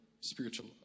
spiritual